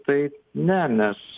tai ne mes